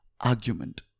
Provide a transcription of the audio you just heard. argument